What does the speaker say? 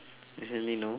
recently no